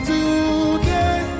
Today